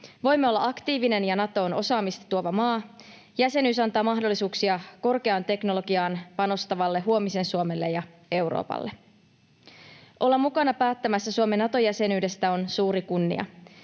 Voimme olla aktiivinen ja Natoon osaamista tuova maa. Jäsenyys antaa mahdollisuuksia korkeaan teknologiaan panostavalle huomisen Suomelle ja Euroopalle. Olla mukana päättämässä Suomen Nato-jäsenyydestä on suuri kunnia.